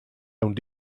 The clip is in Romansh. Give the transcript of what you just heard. aunc